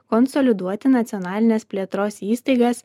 konsoliduoti nacionalinės plėtros įstaigas